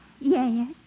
Yes